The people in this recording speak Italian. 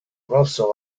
grosso